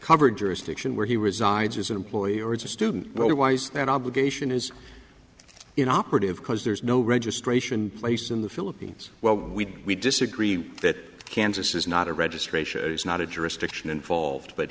covered jurisdictions where he resides as an employee or as a student well why is that obligation is you know operative cause there's no registration place in the philippines well we don't we disagree that kansas is not a registration it's not a jurisdiction involved but